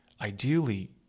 ideally